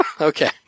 Okay